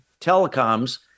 telecoms